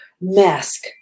mask